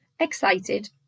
excited